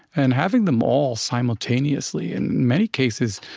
and having them all simultaneously in many cases,